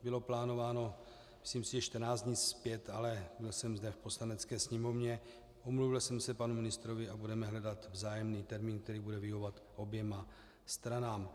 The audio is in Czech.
Bylo plánováno asi 14 dní zpět, ale byl jsem zde, v Poslanecké sněmovně, omluvil jsem se panu ministrovi a budeme hledat vzájemný termín, který bude vyhovovat oběma stranám.